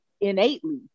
innately